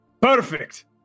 Perfect